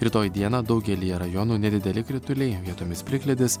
rytoj dieną daugelyje rajonų nedideli krituliai vietomis plikledis